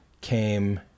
came